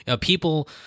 people